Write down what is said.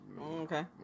Okay